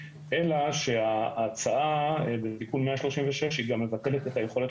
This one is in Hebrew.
אלא שההצעה בתיקון 136 היא גם מבטלת את היכולת